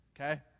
Okay